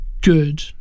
good